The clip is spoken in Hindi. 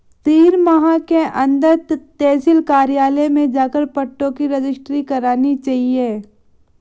तीन माह के अंदर तहसील कार्यालय में जाकर पट्टों की रजिस्ट्री करानी चाहिए